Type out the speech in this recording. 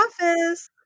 office